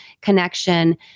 connection